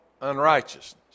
unrighteousness